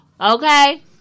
Okay